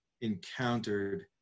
encountered